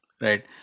Right